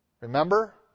Remember